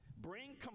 bring